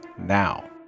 Now